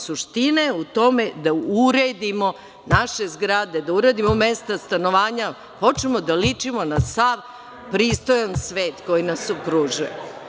Suština je u tome da uredimo naše zgrade, da uredimo mesta stanovanja, da počnemo da ličimo na sav pristojan svet koji nas okružuje.